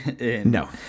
No